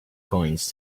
coins